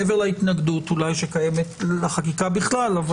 מעבר להתנגדות אולי שקיימת לחקיקה בכלל.